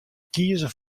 kieze